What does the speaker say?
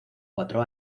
cuatro